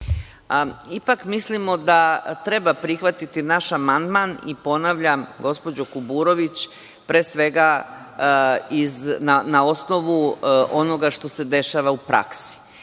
Ipak mislim da treba prihvatiti naša amandman i ponavljam, gospođo Kuburović, pre svega na osnovu onoga što se dešava u praksi. Gotovo